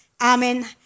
Amen